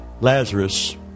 Lazarus